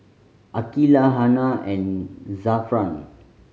Aqeelah Hana and Zafran